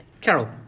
Carol